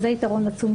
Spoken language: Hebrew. זה יתרון רציני,